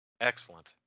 Excellent